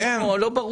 לא היה ברור.